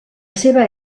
seva